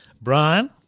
Brian